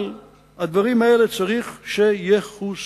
אבל הדברים האלה צריך שיכוסו.